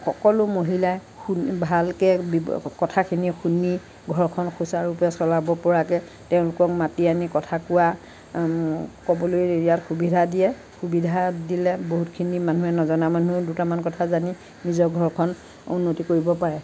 সকলো মহিলাই শুন ভালকে কথাখিনি শুনি ঘৰখন সূচাৰুৰূপে চলাব পৰাকে তেওঁলোকক মাতি আনি কথা কোৱা ক'বলৈ ইয়াত সুবিধা দিয়ে সুবিধা দিলে বহুতখিনি মানুহে নজনা মানুহে দুটামান কথা জানি নিজৰ ঘৰখন উন্নতি কৰিব পাৰে